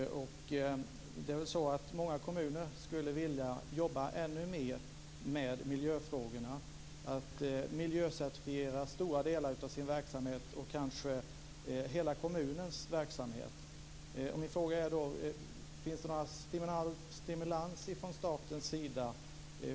Det är väl så att många kommuner skulle vilja jobba ännu mer med miljöfrågorna och miljöcertifiera stora delar av sin verksamhet och kanske hela kommunens verksamhet. Min fråga är då: Finns det någon stimulans från statens sida?